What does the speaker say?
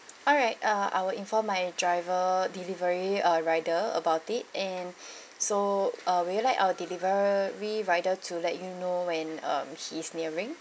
alright uh I will informed my driver delivery uh rider about it and so uh would you like our delivery rider to let you know when um he's nearing